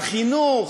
על חינוך,